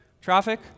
Traffic